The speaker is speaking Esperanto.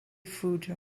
fuĝo